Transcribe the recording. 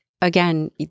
again